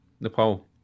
Nepal